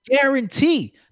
guarantee